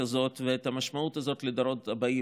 הזאת ואת המשמעות הזאת לדורות הבאים.